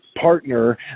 partner